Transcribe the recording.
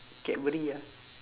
cadbury ah